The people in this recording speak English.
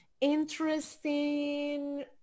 interesting